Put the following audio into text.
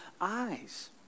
eyes